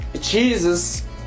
Jesus